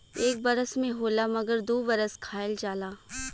एक बरस में होला मगर दू बरस खायल जाला